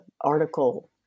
article